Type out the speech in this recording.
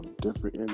different